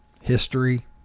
history